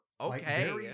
Okay